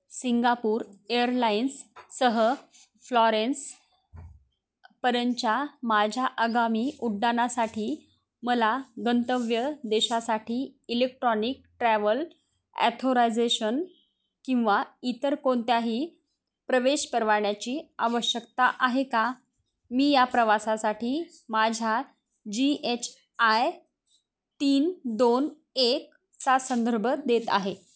Singapore airlines सह Florence पर्यंतच्या माझ्या आगामी उड्डाणासाठी मला गंतव्य देशासाठी इलेक्ट्रॉनिक ट्रॅव्हल ॲथोरायझेशन किंवा इतर कोणत्याही प्रवेश परवान्याची आवश्यकता आहे का मी या प्रवासासाठी माझ्या जी एच आय तीन दोन एकचा संदर्भ देत आहे